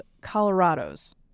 Colorado's